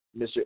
Mr